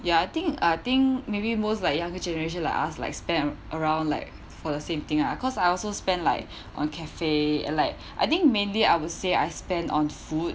ya I think I think maybe most like younger generation like us like spend around like for the same thing lah because I also spend like on cafe and like I think mainly I would say I spend on food